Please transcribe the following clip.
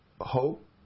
Hope